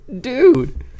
dude